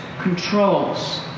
controls